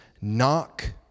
Knock